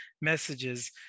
messages